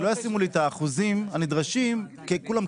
שלא ישימו את כל האחוזים הנדרשים כמזכירות,